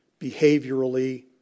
behaviorally